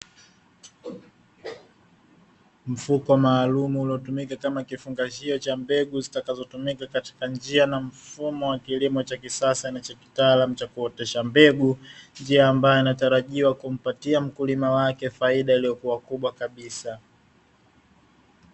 Mfuko maalumu unaotumika kama kifungashio cha mbegu zinatumika katika kilimo cha kisas kwa uzalishaji bora na wa mazao mengi